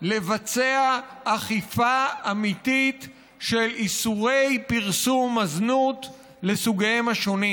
לבצע אכיפה אמיתית של איסורי פרסום הזנות לסוגיהם השונים.